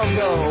go